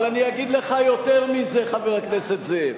אני אגיד לך יותר מזה, חבר הכנסת זאב: